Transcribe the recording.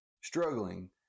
struggling